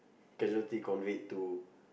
casualty conveyed to